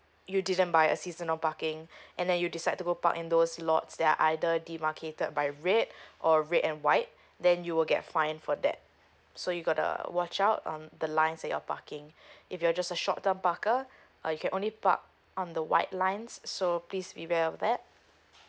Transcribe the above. you didn't buy a seasonal parking and then you decide to go park in those lots that are either demarcated by a red or red and white then you will get fine for that so you got to watch out on the lines that you're parking if you're just a short term parker uh you can only park on the white lines so please be aware of that